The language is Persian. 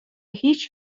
هیچ